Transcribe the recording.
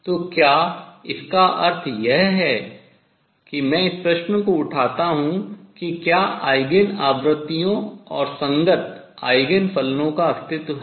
तो क्या इसका अर्थ यह है कि मैं इस प्रश्न को उठाता हूँ कि क्या आयगेन आवृत्तियों और संगत आयगेन फलनों का अस्तित्व है